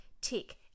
Tick